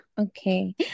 Okay